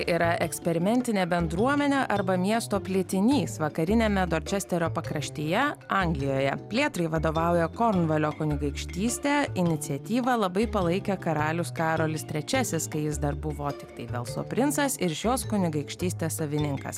yra eksperimentinė bendruomenė arba miesto plėtinys vakariniame dorčesterio pakraštyje anglijoje plėtrai vadovauja kornvalio kunigaikštystė iniciatyvą labai palaikė karalius karolis trečiasis kai jis dar buvo tiktai velso princas ir šios kunigaikštystės savininkas